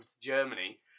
Germany